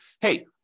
hey